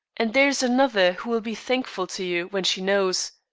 and there is another who will be thankful to you when she knows.